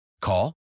Call